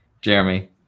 Jeremy